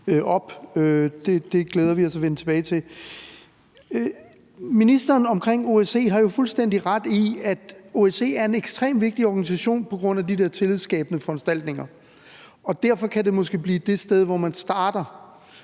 Det glæder vi os til at vende tilbage til. Ministeren har jo omkring OSCE fuldstændig ret i, at OSCE er en ekstremt vigtig organisation på grund af de tillidsskabende foranstaltninger, og derfor kan det måske blive det sted, hvor man starter,